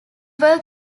worked